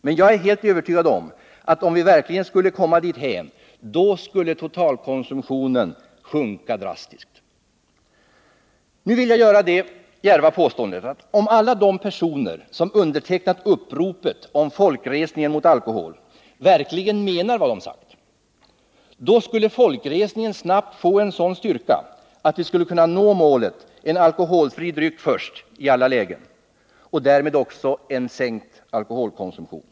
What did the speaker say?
Men jag är helt övertygad om att om vi verkligen skulle komma dithän, skulle totalkonsumtionen sjunka drastiskt. Nu vill jag göra det djärva påståendet att om alla de personer som undertecknat uppropet om folkresningen mot alkohol verkligen menar vad de sagt, skulle folkresningen snabbt nå en sådan styrka att vi skulle kunna nå målet, en alkoholfri dryck som det första alternativet i alla lägen, och därmed också en sänkt alkoholkonsumtion.